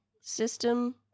system